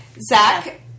Zach